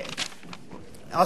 צפונים.